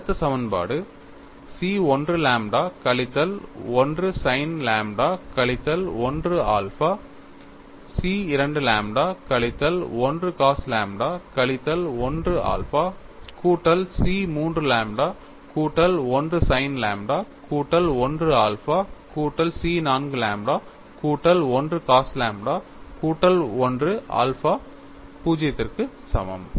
அடுத்த சமன்பாடு C 1 lambda கழித்தல் 1 sin லாம்ப்டா கழித்தல் 1 ஆல்பா C 2 லாம்ப்டா கழித்தல் 1 cos லாம்ப்டா கழித்தல் 1 ஆல்பா கூட்டல் C 3 லாம்ப்டா கூட்டல் 1 sin லாம்ப்டா கூட்டல் 1 ஆல்பா கூட்டல் C 4 லாம்ப்டா கூட்டல் 1 cos லாம்ப்டா கூட்டல் 1 ஆல்பா 0 க்கு சமம்